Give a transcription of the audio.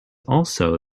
also